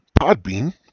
Podbean